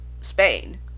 Spain